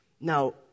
Now